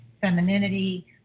femininity